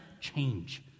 change